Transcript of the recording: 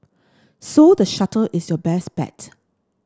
so the shuttle is your best bet